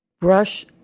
brush